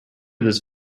this